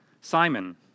Simon